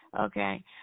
Okay